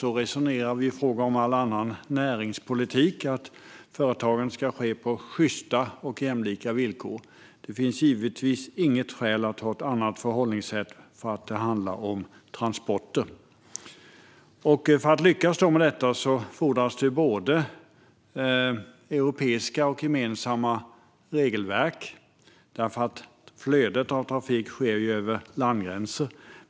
Så resonerar vi i fråga om all annan näringspolitik. Företagandet ska ske på sjysta och jämlika villkor. Det finns givetvis inget skäl att ha ett annat förhållningssätt när det handlar om transporter. För att lyckas med detta fordras både europeiska och gemensamma regelverk. Flödet av trafik sker ju över landsgränser.